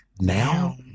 Now